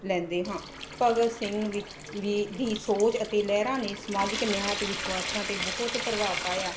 ਲੈਂਦੇ ਹਾਂ ਭਗਤ ਸਿੰਘ ਵਿੱ ਵੀ ਦੀ ਸੋਚ ਅਤੇ ਲਹਿਰਾਂ ਨੇ ਸਮਾਜਿਕ ਨਿਆਂ ਅਤੇ ਵਿਸ਼ਵਾਸਾਂ 'ਤੇ ਬਹੁਤ ਪ੍ਰਭਾਵ ਪਾਇਆ